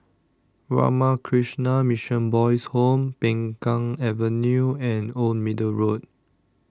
Ramakrishna Mission Boys' Home Peng Kang Avenue and Old Middle Road